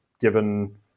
given